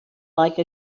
like